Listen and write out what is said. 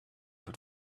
but